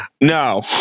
no